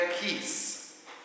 peace